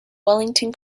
wellington